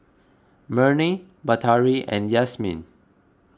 Murni Batari and Yasmin